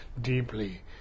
deeply